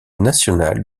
nationale